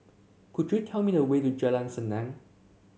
could you tell me the way to Jalan Senang